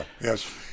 Yes